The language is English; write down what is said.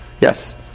Yes